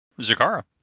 Zakara